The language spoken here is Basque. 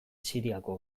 siriako